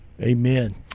amen